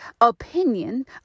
opinion